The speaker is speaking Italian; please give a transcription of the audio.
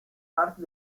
parte